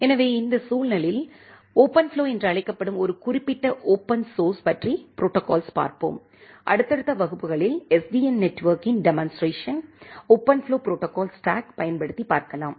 எனவே இந்த சூழலில் ஓபன்ஃப்ளோ என்று அழைக்கப்படும் ஒரு குறிப்பிட்ட ஓபன் சோர்ஸ் பற்றி ப்ரோடோகால்ஸ் பார்ப்போம் அடுத்தடுத்த வகுப்புகளில் SDN நெட்வொர்க்கின் டெமொன்டஸ்ட்ரேஷன் ஓபன்ஃப்ளோ ப்ரோடோகால்ஸ் ஸ்டாக் பயன்படுத்தி பார்க்கலாம்